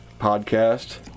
podcast